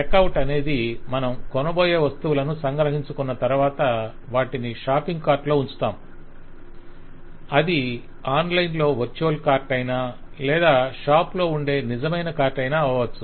check out అనేది మనం కొనబోయే వస్తువులను సంగ్రహించుకొన్న తరువాత వాటిని షాపింగ్ కార్ట్ లో ఉంచుతాము అది ఆన్లైన్ లో వర్చువల్ కార్ట్ అయినా లేదా షాప్ లో ఉండే నిజమైన కార్ట్ అయినా అవవచ్చు